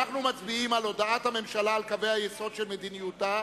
אנחנו מצביעים על הודעת הממשלה על קווי היסוד של מדיניותה,